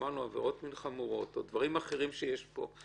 אמרנו שעבירות מין חמורות או דברים אחרים שיש פה,